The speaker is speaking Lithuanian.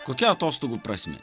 kokia atostogų prasmė